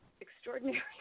extraordinary